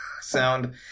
sound